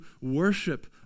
worship